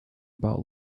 about